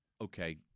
Okay